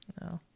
no